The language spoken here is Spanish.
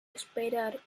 esperar